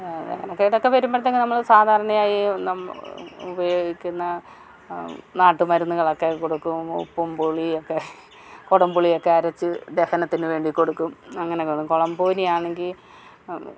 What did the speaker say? ദഹനക്കേടൊക്കെ വരുമ്പോഴത്തേക്ക് നമ്മൾ സാധാരണയായി ഉപയോഗിക്കുന്ന നാട്ടുമരുന്നുകളൊക്കെ കൊടുക്കും ഉപ്പും പുളിയൊക്കെ കുടമ്പുളിയൊക്കെ അരച്ച് ദഹനത്തിന് വേണ്ടി കൊടുക്കും അങ്ങനെയൊക്കെ കുളമ്പ് പനിയാണെങ്കിൽ